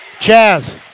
Chaz